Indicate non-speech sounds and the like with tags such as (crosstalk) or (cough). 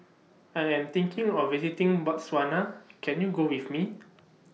I Am thinking of visiting Botswana (noise) Can YOU Go with Me (noise)